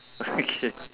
okay